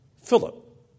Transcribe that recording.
Philip